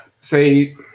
say